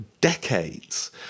decades